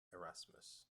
erasmus